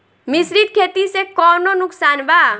मिश्रित खेती से कौनो नुकसान बा?